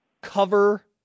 Cover